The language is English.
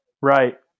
Right